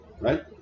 Right